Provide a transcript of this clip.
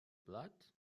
blatt